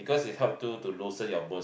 because it help to to loosen your bones